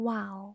Wow